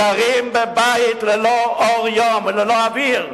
גרים בבית ללא אור יום וללא אוויר.